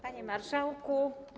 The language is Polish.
Panie Marszałku!